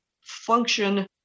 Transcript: function